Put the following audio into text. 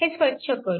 हे स्वच्छ करू